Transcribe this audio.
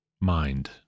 mind